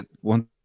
One